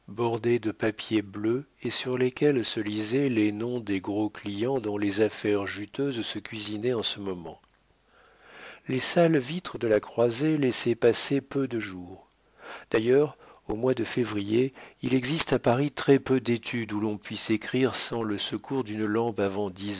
bordés de papier bleu et sur lesquels se lisaient les noms des gros clients dont les affaires juteuses se cuisinaient en ce moment les sales vitres de la croisée laissaient passer peu de jour d'ailleurs au mois de février il existe à paris très-peu d'études où l'on puisse écrire sans le secours d'une lampe avant dix